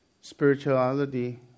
Spirituality